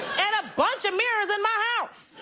and a bunch of mirrors in my house.